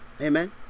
Amen